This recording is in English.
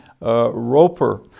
Roper